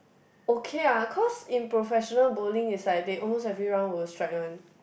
okay ah cause in professional bowling is like they almost everyone will strike one